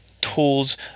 tools